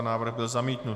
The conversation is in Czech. Návrh byl zamítnut.